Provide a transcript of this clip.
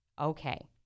Okay